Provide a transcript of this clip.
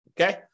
okay